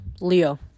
Leo